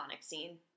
scene